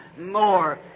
more